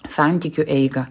santykių eigą